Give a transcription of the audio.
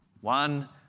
One